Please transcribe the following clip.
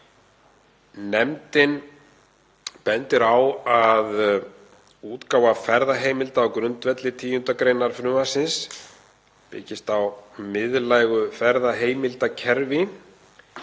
Nefndin bendir á að útgáfa ferðaheimilda á grundvelli 10. gr. frumvarpsins byggist á miðlægu ferðaheimildakerfi